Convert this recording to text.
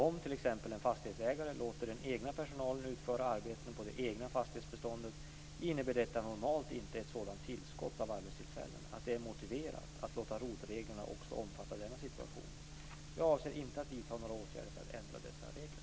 Om t.ex. en fastighetsägare låter den egna personalen utföra arbeten på det egna fastighetsbeståndet innebär detta normalt inte ett sådant tillskott av arbetstillfällen att det är motiverat att låta ROT-reglerna omfatta också denna situation. Jag avser inte att vidta några åtgärder för att ändra dessa regler.